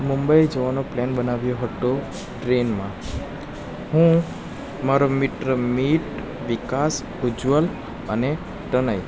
મુંબઈ જવાનો પ્લાન બનાવ્યો હતો ટ્રેનમાં હું મારો મિત્ર મીત વિકાસ ઉજવલ અને તનય